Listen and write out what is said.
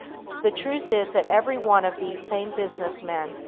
the truth is that every one of these same business men,